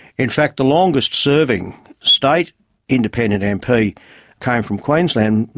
in fact the longest serving state independent mp came from queensland,